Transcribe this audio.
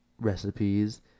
recipes